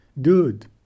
dude